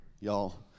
y'all